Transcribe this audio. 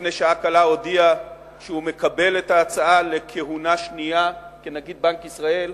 לפני שעה קלה הודיע שהוא מקבל את ההצעה לכהונה שנייה כנגיד בנק ישראל,